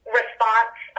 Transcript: response